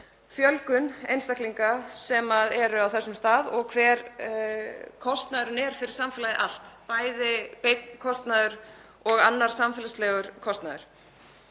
fjölgun einstaklinga sem eru á þessum stað og hver kostnaðurinn er fyrir samfélagið allt, bæði beinn kostnaður og annar samfélagslegur kostnaður.